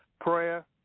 prayer